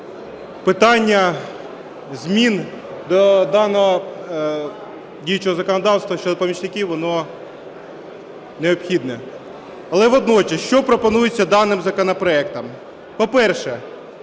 питання змін до даного діючого законодавства щодо помічників, воно необхідне. Але водночас, що пропонується даним законопроектом. По-перше,